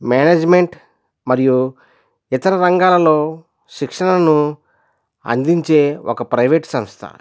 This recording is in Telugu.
మేనేజ్మెంట్ మరియు ఇతర రంగాలలో శిక్షణను అందించే ఒక ప్రైవేట్ సంస్థ